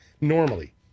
normally